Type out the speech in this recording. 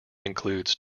includes